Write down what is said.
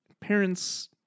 Parents